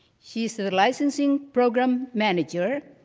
she's the the licensing program manager,